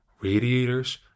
radiators